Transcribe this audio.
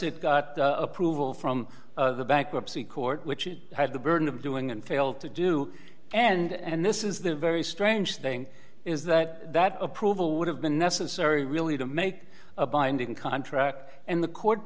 it got approval from the bankruptcy court which had the burden of doing and failed to do and this is the very strange thing is that that approval would have been necessary really to make a binding contract and the court